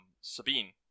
Sabine